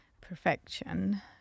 perfection